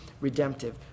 redemptive